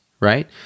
right